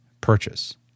purchase